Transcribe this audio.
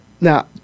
Now